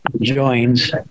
joins